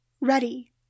ready